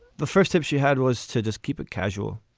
the first tip she had was to just keep it casual.